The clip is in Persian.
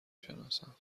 شناسم